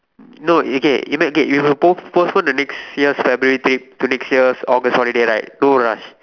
no okay ima~ okay you've post~ postpone the next year's February trip to next year's August holiday right no rush